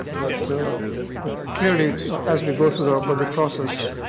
but but clearly as we go through our budget process,